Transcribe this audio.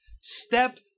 step